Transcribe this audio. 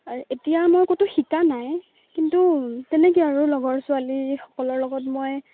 আৰু এতিয়া মই ক'তো শিকা নাই কিন্তু তেনেকৈ আৰু লগৰ ছোৱালীসকলৰ লগত মই